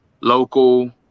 local